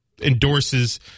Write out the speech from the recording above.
endorses